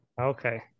Okay